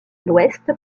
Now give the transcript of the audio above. l’ouest